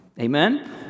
amen